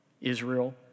Israel